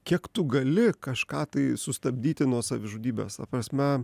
kiek tu gali kažką tai sustabdyti nuo savižudybės ta prasme